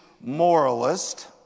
moralist